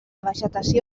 vegetació